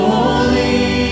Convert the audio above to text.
Holy